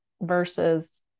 Versus